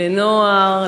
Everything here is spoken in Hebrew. לנוער,